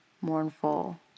mournful